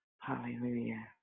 Hallelujah